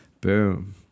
Boom